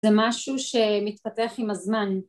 זה משהו שמתפתח עם הזמן